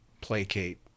placate